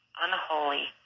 unholy